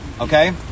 okay